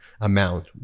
amount